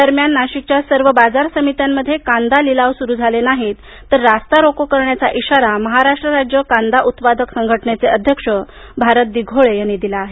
दरम्यान नाशिकच्या सर्व बाजार समित्यांमध्ये कांदा लिलाव सुरू म्नाले नाही तर रास्ता रोको करण्याचा इशारा महाराष्ट्र राज्य कांदा उत्पादक संघटनेचे अध्यक्ष भारत दिघोळे यांनी दिला आहे